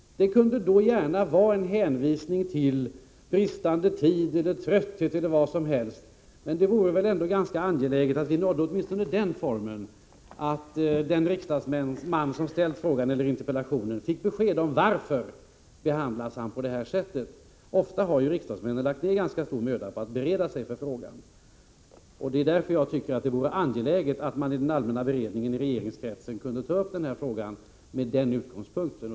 De kunde gärna lämna en hänvisning till bristande tid, trötthet eller vad som helst. Nog vore det väl angeläget att vi uppnådde åtminstone den formen att den riksdagsman som ställt frågan eller interpellationen fick besked om varför han behandlas på detta sätt? Ofta har ju riksdagsmännen lagt ner ganska stor möda på att förbereda sig inför frågedebatten. Det är därför jag tycker att man i den allmänna beredningen i regeringskretsen kunde ta upp den här saken med denna utgångspunkt.